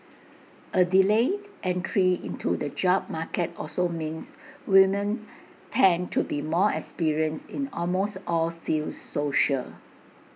A delayed entry into the job market also means women tend to be more experienced in almost all fields social